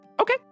Okay